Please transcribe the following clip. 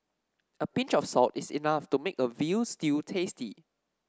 a pinch of salt is enough to make a veal stew tasty